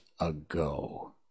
ago